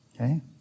Okay